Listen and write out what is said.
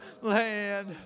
land